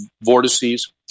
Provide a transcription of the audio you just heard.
vortices